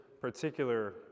particular